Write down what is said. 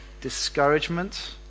discouragement